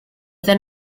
then